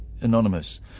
anonymous